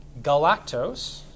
galactose